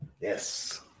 yes